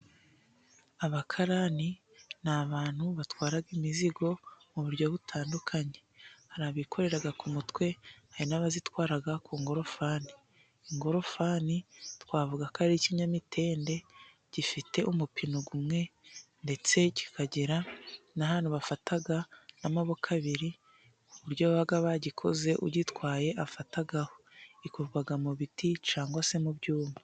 Abakarani ni abantu batwara imizigo mu buryo butandukanye. Hari abikorera ku mutwe, hari n'abayitwara ku ngorofani. Ingorofani twavuga ko ari ikinyamitende gifite umupine umwe, ndetse kikagira na hano bafata n'amaboko abiri, ku buryo baba bagikoze ugitwaye afataho. Gikorwa mu biti cyangwa se mu byuma.